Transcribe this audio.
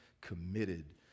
committed